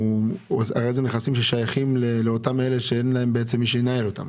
אלה נכסים ששייכים לאותם אלה שאין להם מי שינהל אותם.